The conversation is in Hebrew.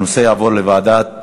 הנושא יעבור לוועדת